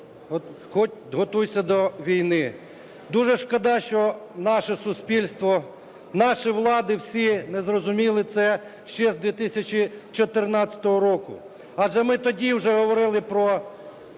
– готуйся до війни. Дуже шкода, що наше суспільство, наші влади всі не зрозуміли це ще з 2014 року. Адже ми тоді вже говорили про